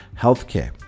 healthcare